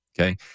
Okay